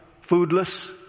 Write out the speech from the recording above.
foodless